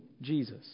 Jesus